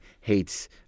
hates